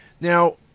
Now